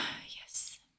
Yes